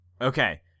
Okay